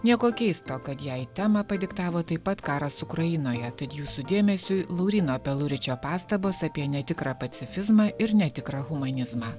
nieko keisto kad jei temą padiktavo taip pat karas ukrainoje tad jūsų dėmesiui lauryno peluričio pastabos apie netikrą pacifizmą ir netikrą humanizmą